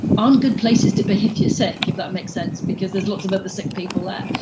um good places to be if you're sick, if that makes sense. because there's lots of other sick people there.